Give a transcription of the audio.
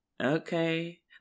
okay